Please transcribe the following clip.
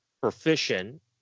proficient